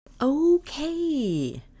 Okay